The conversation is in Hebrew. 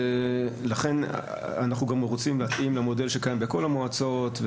לכן אנחנו גם רוצים להתאים למודל שקיים בכל המועצות,